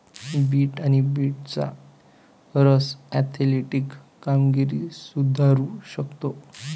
bit आणि बीटचा रस ऍथलेटिक कामगिरी सुधारू शकतो